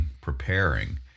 preparing